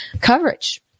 coverage